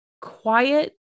quiet